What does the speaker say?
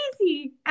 easy